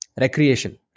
Recreation